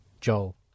Joel